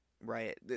Right